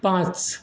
पांच